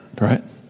right